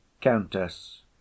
Countess